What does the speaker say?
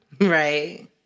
Right